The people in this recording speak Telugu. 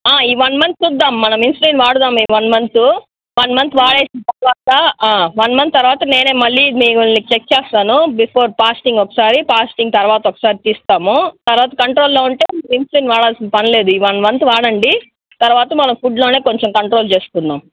ఆ ఈ వన్ మంత్ చూద్దాం మనం ఇన్సులిన్ వాడదాం ఈ వన్ మంతు వన్ మంత్ వాడేసిన తర్వాత ఆ వన్ మంత్ తర్వాత నేనే మళ్ళీ మిమల్ని చెక్ చేస్తాను బిఫోర్ ఫాస్టింగ్ ఒకసారి ఫాస్టింగ్ తర్వాత ఒకసారి తీస్తాము తర్వాత కంట్రోల్లో ఉంటే ఇన్సులిన్ వాడాల్సిన పని లేదు ఈ వన్ మంత్ వాడండి తర్వాత మనం ఫుడ్లోనే కొంచెం కంట్రోల్ చేసుకుందాం